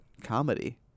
comedy